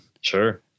Sure